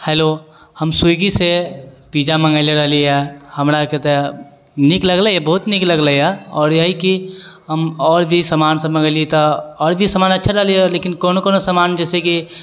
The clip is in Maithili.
हैलो हम स्विग्गीसँ पिज्जा मङ्गेली रहली है हमराके तऽ नीक लगलै बहुत नीक लगलै यऽ आओर यही की हम आओर भी सामान सब मङ्गेलियै तऽ आओर भी सामान अच्छा रहलै यऽ लेकिन कोनो कोनो समान जैसे कि